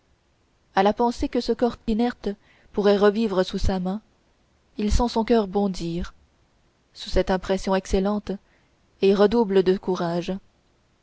a la pensée que ce corps inerte pourrait revivre sous sa main il sent son coeur bondir sous cette impression excellente et redouble de courage